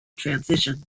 transition